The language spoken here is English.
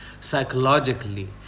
psychologically